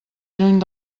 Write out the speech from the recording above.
lluny